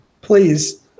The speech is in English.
Please